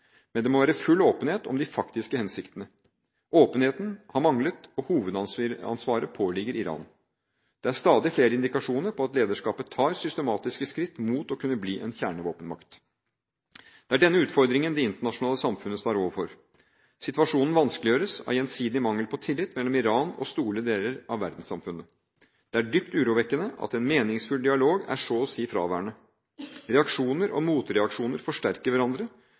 men det må være full åpenhet om de faktiske hensiktene. Åpenheten har manglet, og hovedansvaret påligger Iran. Det er stadig flere indikasjoner på at lederskapet tar systematiske skritt mot å kunne bli en kjernevåpenmakt. Det er denne utfordringen det internasjonale samfunnet står overfor. Situasjonen vanskeliggjøres av gjensidig mangel på tillit mellom Iran og store deler av verdenssamfunnet. Det er dypt urovekkende at en meningsfull dialog er så å si fraværende. Reaksjoner og motreaksjoner forsterker hverandre.